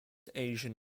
asian